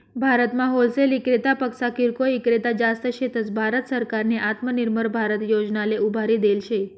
भारतमा होलसेल इक्रेतापक्सा किरकोय ईक्रेता जास्त शेतस, भारत सरकारनी आत्मनिर्भर भारत योजनाले उभारी देल शे